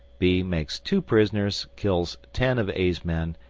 b makes two prisoners, kills ten of a's men,